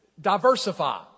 diversify